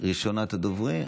ראשונת הדוברים.